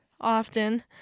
often